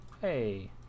Hey